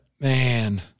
Man